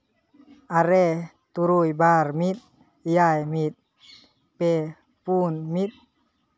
ᱟᱨᱮ ᱛᱩᱨᱩᱭ ᱵᱟᱨ ᱢᱤᱫ ᱮᱭᱟᱭ ᱢᱤᱫ ᱯᱮ ᱯᱩᱱ ᱢᱤᱫ